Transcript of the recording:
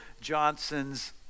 Johnson's